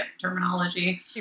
terminology